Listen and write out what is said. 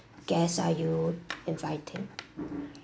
guests are you inviting